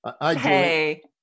Hey